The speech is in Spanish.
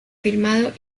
filmado